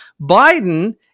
Biden